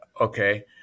Okay